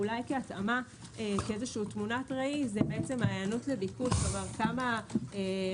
ואולי כהתאמה כתמונת ראי זה ההיענות לביקוש כלומר כמה אוניה,